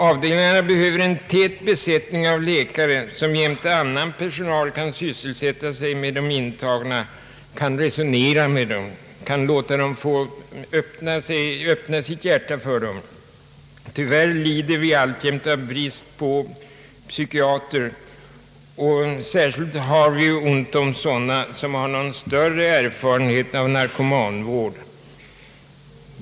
Avdelningarna behöver en tät besättning av läkare som jämte annan personal kan sysselsätta sig med de intagna, resonera med dem och låta dem få öppna sitt hjärta. Tyvärr lider vi alltjämt brist på psykiatriker, särskilt sådana som har någon större erfarenhet av narkomanvård.